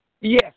Yes